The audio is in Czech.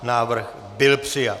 Návrh byl přijat.